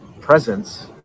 Presence